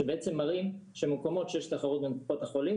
שבעצם שמראים שבמקומות שיש תחרות בין קופות החולים,